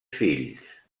fills